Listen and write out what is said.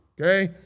okay